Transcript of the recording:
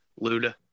Luda